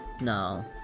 No